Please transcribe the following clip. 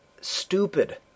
stupid